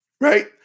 right